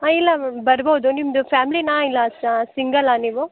ಹಾಂ ಇಲ್ಲ ಮ್ಯಾಮ್ ಬರ್ಬೌದು ನಿಮ್ಮದು ಫ್ಯಾಮ್ಲಿಯಾ ಇಲ್ಲ ಸಿಂಗಲ್ಲಾ ನೀವು